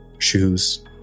Shoes